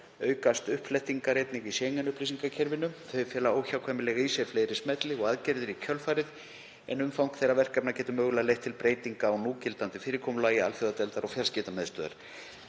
aukast uppflettingar einnig í Schengen-upplýsingakerfinu. Þau fela óhjákvæmilega í sér fleiri smelli og aðgerðir í kjölfarið en umfang þeirra verkefna getur mögulega leitt til breytinga á núgildandi fyrirkomulagi alþjóðadeildar og fjarskiptamiðstöðvar.“